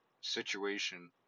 situation